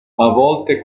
volte